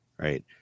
Right